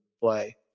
play